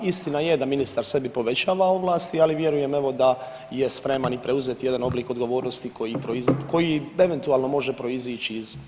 Istina je da ministar sebi povećava ovlasti, ali vjerujem evo da je spreman i preuzeti jedan oblik odgovornosti koji eventualno može proizići iz ovog.